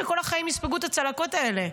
וכל החיים הם יספגו את הצלקות האלה.